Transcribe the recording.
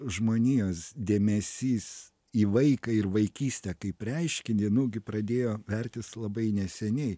žmonijos dėmesys į vaiką ir vaikystę kaip reiškinį nu gi pradėjo vertis labai neseniai